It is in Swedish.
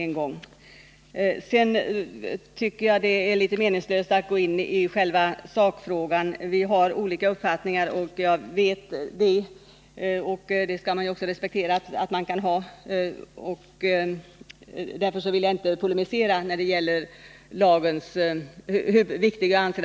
Jag tycker att det är meningslöst att gå i polemik i själva sakfrågan. Jag vet att vi har olika uppfattningar i den, och det skall vi ju också respektera att man kan ha. Därför vill jag inte polemisera om hur viktig lagen är.